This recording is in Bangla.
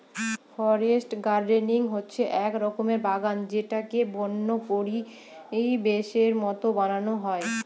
ফরেস্ট গার্ডেনিং হচ্ছে এক রকমের বাগান যেটাকে বন্য পরিবেশের মতো বানানো হয়